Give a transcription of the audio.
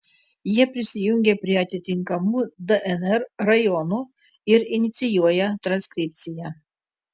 jie prisijungia prie atitinkamų dnr rajonų ir inicijuoja transkripciją